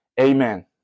Amen